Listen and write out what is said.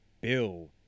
Bill